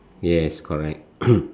yes correct